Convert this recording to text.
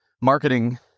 marketing